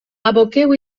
aboqueu